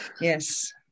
yes